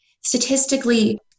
statistically